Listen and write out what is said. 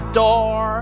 door